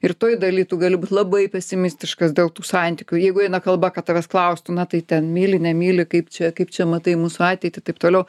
ir toj daly tu gali būt labai pesimistiškas dėl tų santykių jeigu eina kalba kad tavęs klaustų na tai ten myli nemyli kaip čia kaip čia matai mūsų ateitį taip toliau